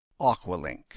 Aqualink